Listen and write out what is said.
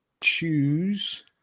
choose